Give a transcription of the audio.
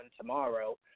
tomorrow